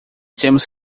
temos